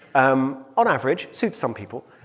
um on average, suits some people.